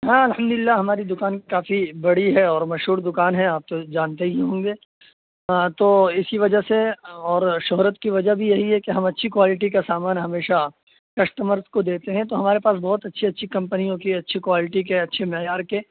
ہاں الحمد للہ ہماری دوکان کافی بڑی ہے اور مشہور دوکان ہے آپ تو جانتے ہی ہوں گے ہاں تو اسی وجہ سے اور شہرت کی وجہ بھی یہی ہے کہ ہم اچھی کوالٹی کا سامان ہمیشہ کسٹمرس کو دیتے ہیں تو ہمارے پاس بہت اچھی اچھی کمپنیوں کے اچھی کوالٹی کے اچھے معیار کے